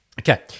Okay